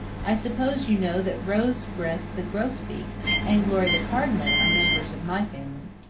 i suppose you know that rosebreast the grosbeak and glory the cardinal are members of my family.